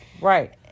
Right